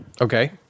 Okay